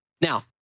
Now